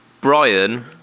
Brian